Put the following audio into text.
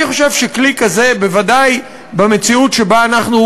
אני חושב שכלי כזה, בוודאי במציאות שבה אנחנו